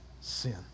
sin